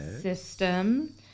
system